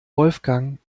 wolfgang